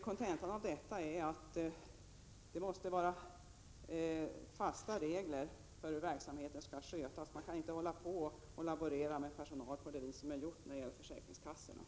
Kontentan av detta är att det måste utformas fasta regler för hur verksamheten skall skötas. Man kan inte fortsätta att laborera med personal på det sätt man gjort när det gäller försäkringskassorna.